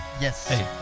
Yes